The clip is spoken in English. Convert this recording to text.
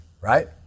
right